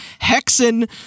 Hexen